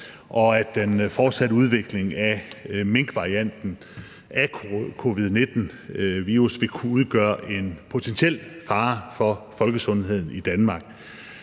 og at den fortsatte udvikling af minkvarianten af covid-19-virus vil kunne udgøre en potentiel fare for folkesundheden i Danmark.